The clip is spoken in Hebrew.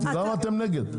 למה אתם נגד?